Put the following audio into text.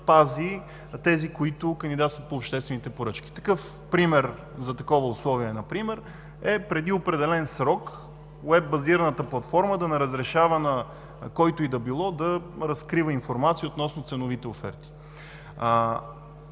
да пази тези, които кандидатстват по обществените поръчки. Такъв пример за такова условие например е преди определен срок уеб базираната платформа да не разрешава на който и да било да разкрива информация относно ценовите оферти.